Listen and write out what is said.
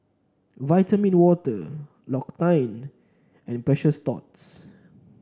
Vitamin Water L'Occitane and Precious Thots